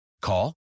Call